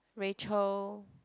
Rachel